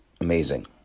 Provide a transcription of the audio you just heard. amazing